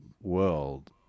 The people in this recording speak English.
world